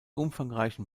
umfangreichen